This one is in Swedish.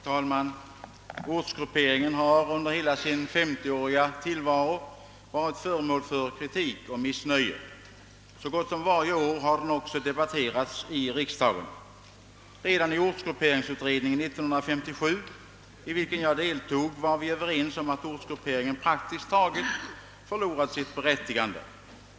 Herr talman! Ortsgrupperingen har under hela sin 50-åriga tillvaro varit föremål för kritik och missnöje. Så gott som varje år har den också debatterats i riksdagen. Redan i ortsgrupperingsutredningen 1957, i vilken jag deltog, var vi överens om att ortsgrupperingen praktiskt taget förlorat sitt berättigande.